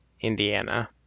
Indiana